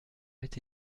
m’est